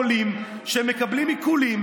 שמקבלים עיקולים,